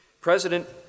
President